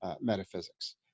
metaphysics